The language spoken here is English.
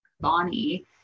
Bonnie